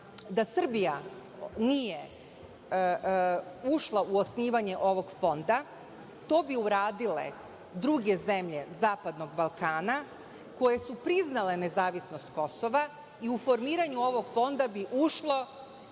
da Srbija nije ušla u osnivanje ovog fonda, to bi uradile druge zemlje zapadnog Balkana koje su priznale nezavisnost Kosova i u formiranju ovog fonda ušla